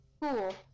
Cool